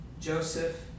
Joseph